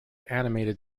animated